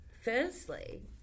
firstly